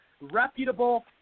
reputable